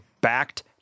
backed